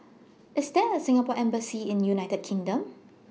IS There A Singapore Embassy in United Kingdom